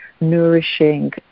nourishing